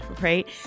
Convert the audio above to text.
right